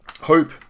hope